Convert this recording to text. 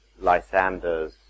Lysander's